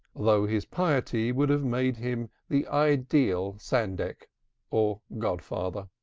though his piety would have made him the ideal sandek or god-father.